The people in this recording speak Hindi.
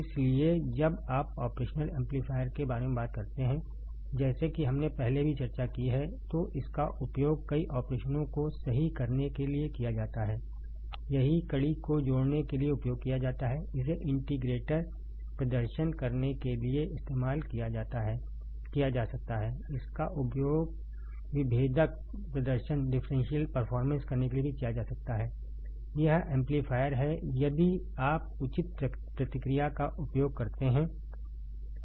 इसलिए जब आप ऑपरेशनल एम्पलीफायर के बारे में बात करते हैं जैसे कि हमने पहले भी चर्चा की है तो इसका उपयोग कई ऑपरेशनों को सही करने के लिए किया जाता है यह कड़ी को जोड़ने के लिए उपयोग किया जाता है इसे इंटीग्रेटर प्रदर्शन करने के लिए इस्तेमाल किया जा सकता है इसका उपयोग विभेदक प्रदर्शन करने के लिए किया जा सकता है यह एम्पलीफायर है यदि आप उचित प्रतिक्रिया का उपयोग करते हैं